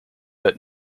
that